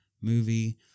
movie